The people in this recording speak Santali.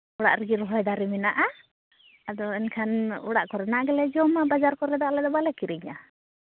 ᱚᱲᱟᱜ ᱨᱮᱜᱮ ᱨᱚᱦᱚᱭ ᱫᱟᱨᱮ ᱢᱮᱱᱟᱜᱼᱟ ᱟᱫᱚ ᱮᱱᱠᱷᱟᱱ ᱚᱲᱟᱜ ᱠᱚᱨᱮᱱᱟᱜ ᱜᱮᱞᱮ ᱡᱚᱢᱟ ᱵᱟᱡᱟᱨ ᱠᱚᱨᱮᱫᱚ ᱟᱞᱮ ᱫᱚ ᱵᱟᱞᱮ ᱠᱤᱨᱤᱧᱟ